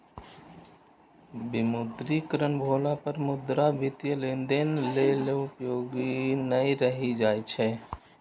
विमुद्रीकरण भेला पर मुद्रा वित्तीय लेनदेन लेल उपयोगी नै रहि जाइ छै